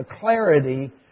clarity